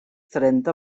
trenta